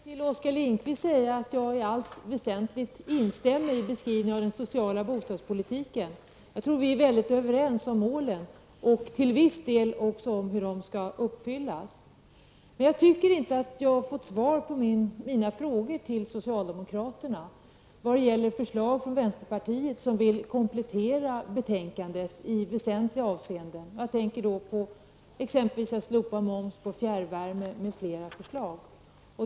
Herr talman! Jag vill säga till Oskar Lindkvist att jag i allt väsentligt instämmer i beskrivningen av den sociala bostadspolitiken. Jag tror att vi är väldigt överens om målen och till viss del också om hur de skall uppfyllas. Jag tycker inte att jag har fått svar på mina frågor till socialdemokraterna vad gäller förslagen från vänsterpartiet där vi vill komplettera betänkandet i väsentliga avseenden. Jag tänker då exempelvis på förslaget om att slopa moms på fjärrvärme m.m.